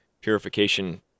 Purification